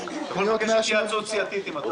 כל מה שקשור לאגף לחינוך חוץ ביתי - יצא שם מכרז לא